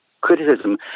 criticism